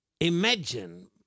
Imagine